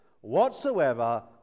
whatsoever